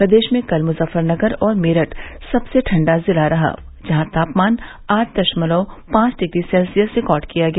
प्रदेश में कल मुजफ्फनगर और मेरठ सबसे ठंडा जिला रहा जहां तापमान आठ दशमलव पांच डिग्री सेल्सियस रिकार्ड किया गया